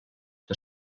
que